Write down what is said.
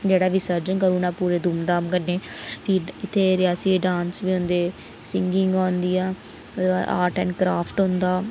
जेह्ड़ा बिसर्जन करी ओड़ना बडी धूम धाम कन्नै फ्ही इत्थै रियासी च डांस बी होंदे सिंगग होंदियां ओह्दे बाद आर्ट एंड क्राफ्ट होंदा